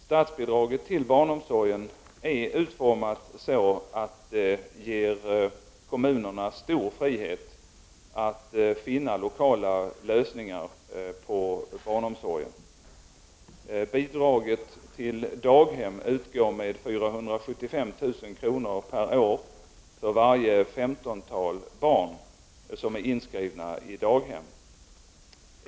Statsbidraget till barnomsorgen är utformat så att det ger kommunerna stor frihet att finna lokala lösningar på barnomsorgen. Bidraget till daghem utgår med 475 000 kr. per år för varje femtontal barn som är inskrivna i daghem.